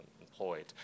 employed